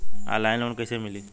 Online loan कइसे मिली?